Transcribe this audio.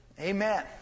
Amen